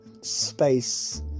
space